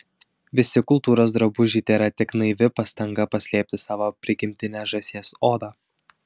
visi kultūros drabužiai tėra tik naivi pastanga paslėpti savo prigimtinę žąsies odą